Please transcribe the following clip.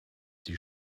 die